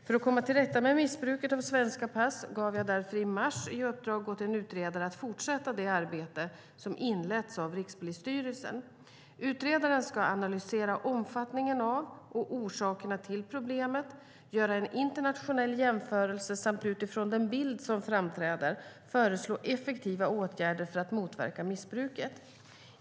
För att komma till rätta med missbruket av svenska pass gav jag därför i mars i uppdrag åt en utredare att fortsätta det arbete som inletts av Rikspolisstyrelsen. Utredaren ska analysera omfattningen av och orsakerna till problemet, göra en internationell jämförelse och utifrån den bild som framträder föreslå effektiva åtgärder för att motverka missbruket.